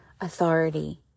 authority